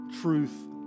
truth